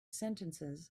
sentences